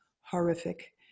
horrific